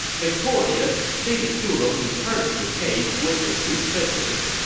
victorious, lady zhurong returned to the cave with her two prisoners.